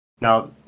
Now